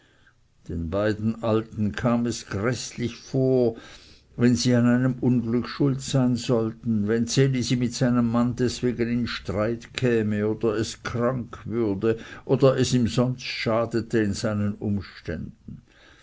den beiden alten kam es gräßlich vor wenn sie an einem unglück schuld sein sollten wenn ds elisi mit seinem mann deswegen in streit käme oder es krank würde oder es ihm sonst schadete in seinen umständen